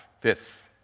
fifth